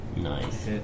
Nice